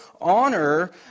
honor